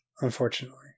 unfortunately